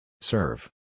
Serve